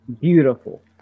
Beautiful